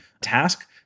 task